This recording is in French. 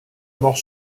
mort